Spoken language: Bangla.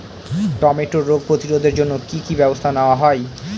টমেটোর রোগ প্রতিরোধে জন্য কি কী ব্যবস্থা নেওয়া হয়?